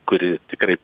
kuri tikrai